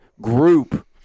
group